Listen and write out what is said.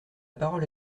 parole